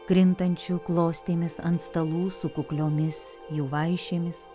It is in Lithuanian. krintančiu klostėmis ant stalų su kukliomis jų vaišėmis